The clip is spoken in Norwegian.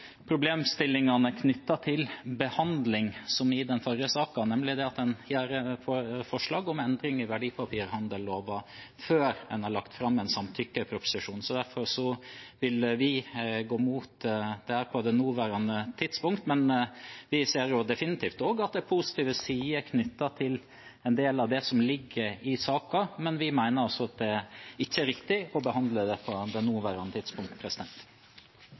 problemstillingene knyttet til behandling som i den forrige saken – nemlig at man har forslag om endringer i verdipapirhandelloven før man har lagt fram en samtykkeproposisjon. Derfor vil vi gå imot dette på det nåværende tidspunkt. Vi ser definitivt også at det er positive sider knyttet til en del av det som ligger i saken, men vi mener at det ikke er riktig å behandle det på det nåværende tidspunkt.